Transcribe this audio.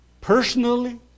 Personally